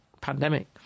pandemic